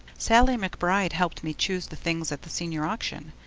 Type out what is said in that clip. sallie mcbride helped me choose the things at the senior auction.